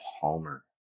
palmer